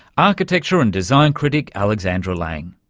architecture and design critic alexandra lange.